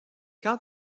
quand